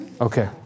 Okay